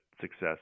success